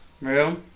Real